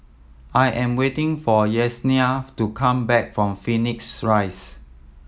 I am waiting for Yesenia to come back from Phoenix Rise